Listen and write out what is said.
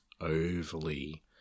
overly